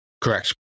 Correct